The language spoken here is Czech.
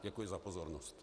Děkuji za pozornost.